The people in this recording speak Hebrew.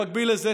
במקביל לזה,